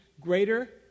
greater